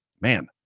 Man